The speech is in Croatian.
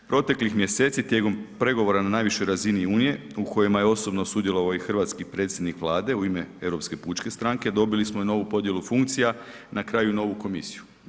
Proteklih mjeseci tijekom pregovora na najvišoj razini unije u kojima je osobno sudjelovao i hrvatski predsjednik Vlade u ime Europske pučke stranke, dobili smo i novu podjelu funkcija, na kraju novu komisiju.